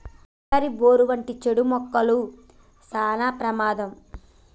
వయ్యారి, బోరు వంటి చీడ మొక్కలు సానా ప్రమాదం